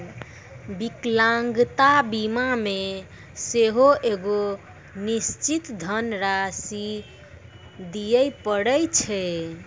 विकलांगता बीमा मे सेहो एगो निश्चित धन राशि दिये पड़ै छै